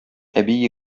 әби